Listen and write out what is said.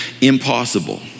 Impossible